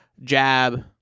jab